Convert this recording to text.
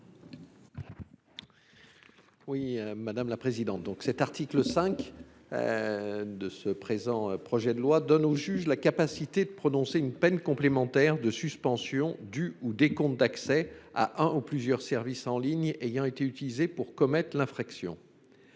Fialaire. L’article 5 du projet de loi confère au juge la capacité de prononcer une peine complémentaire de suspension du ou des comptes d’accès à un ou plusieurs services en ligne ayant été utilisés pour commettre l’infraction.